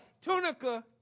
Tunica